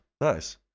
nice